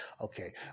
Okay